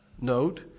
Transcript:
note